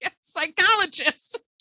Psychologist